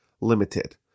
limited